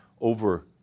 over